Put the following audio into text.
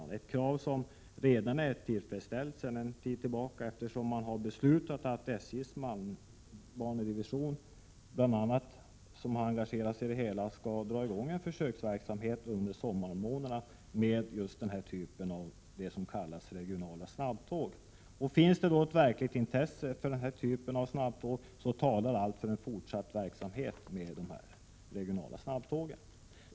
Det är ett krav som redan sedan en tid tillbaka är tillgodosett, eftersom SJ:s malmbanedivision, som engagerat sig i det hela, beslutat om en försöksverksamhet under sommarmånaderna med s.k. regionala snabbtåg. Finns det ett verkligt intresse för den här typen av snabbtåg talar allt för en fortsatt verksamhet med dessa.